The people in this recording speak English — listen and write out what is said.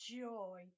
joy